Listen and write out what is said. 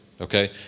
okay